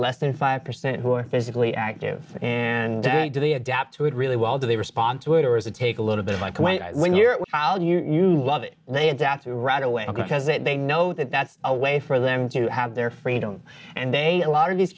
less than five percent who are physically active and do they adapt to it really well do they respond to it or is it take a little bit like when when your child you love it and they adapt it right away because that they know that that's a way for them to have their freedom and they a lot of these